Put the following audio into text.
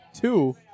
two